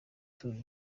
toure